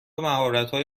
مهارتهای